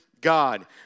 God